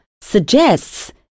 suggests